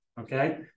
Okay